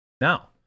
Now